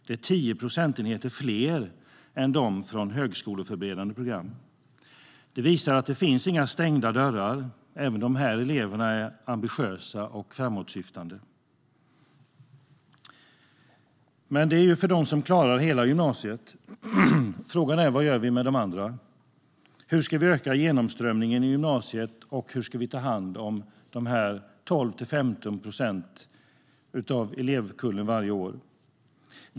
Det är 10 procentenheter fler än dem från högskoleförberedande program. Detta visar att det inte finns några stängda dörrar. Även dessa elever är ambitiösa och framåtsyftande. Detta är dock för dem som klarar hela gymnasiet. Frågan är vad vi gör med de andra. Hur ska vi öka genomströmningen i gymnasiet, och hur ska vi ta hand om dessa 12-15 procent av elevkullen varje år?